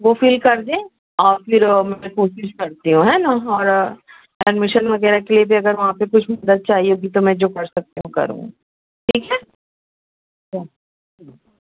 وہ فل کر دیں اور پھر میرے کو اس کی کچھ کرتی ہوں ہیں نا اور ایڈمیشن وغیرہ کے لیے بھی اگر وہاں پہ کچھ مدد چاہیے ہوگی تو میں جو کر سکتی ہوں وہ کروں گی ٹھیک ہے اوکے